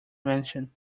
mansion